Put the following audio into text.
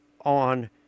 on